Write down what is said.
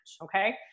Okay